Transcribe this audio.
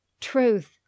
truth